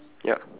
ya